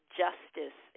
justice